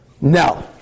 No